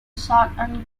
southern